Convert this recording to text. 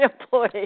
employee